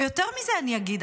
ויותר מזה אני אגיד.